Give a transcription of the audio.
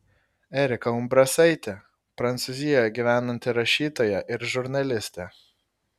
erika umbrasaitė prancūzijoje gyvenanti rašytoja ir žurnalistė